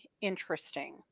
interesting